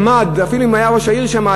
ואפילו היה ראש העיר שם,